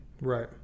Right